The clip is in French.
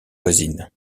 voisine